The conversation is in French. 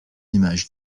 image